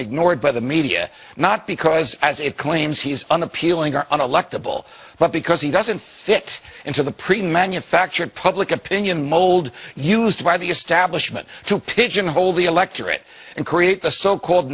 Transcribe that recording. ignored by the media not because as it claims he's an appealing or unelectable but because he doesn't fit into the pre manufactured public opinion mold used by the establishment to pigeonhole the electorate and create the so called